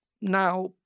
now